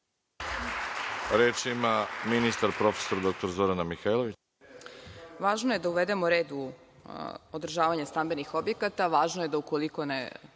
Reč ima ministar. **Zorana Mihajlović** Važno je da uvedemo red u održavanje stambenih objekata. Važno je da ukoliko ne